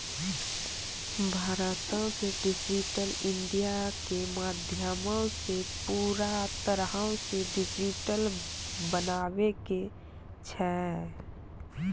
भारतो के digital India के माध्यमो से पूरा तरहो से डिजिटल बनाबै के छै